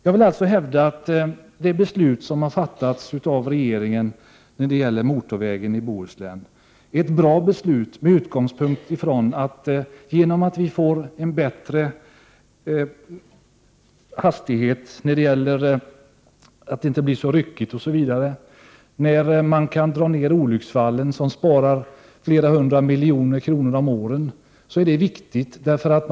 Jag hävdar alltså att det beslut som regeringen har fattat när det gäller motorvägen i Bohuslän är ett bra beslut. Vi får ju en bättre situation med tanke på hastigheterna — det blir inte så ryckigt osv. Antalet olycksfall kan Prot. 1988/89:70 också minskas. Därmed sparar vi flera hundra miljoner om året. Dessa saker 21 februari 1989 är viktiga.